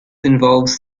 involves